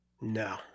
No